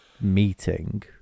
meeting